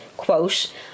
quote